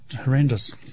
horrendous